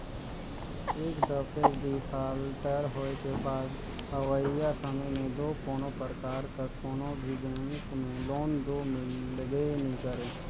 एक दफे डिफाल्टर होए के बाद अवइया समे में दो कोनो परकार कर कोनो भी बेंक में लोन दो मिलबे नी करे